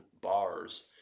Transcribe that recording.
bars